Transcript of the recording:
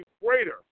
greater